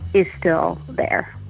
is still there,